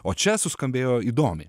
o čia suskambėjo įdomiai